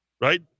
Right